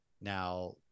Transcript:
now